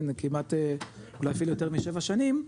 כן כמעט אולי אפילו יותר משבע שנים,